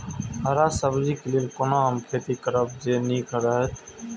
हरा सब्जी के लेल कोना हम खेती करब जे नीक रहैत?